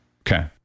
Okay